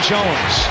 Jones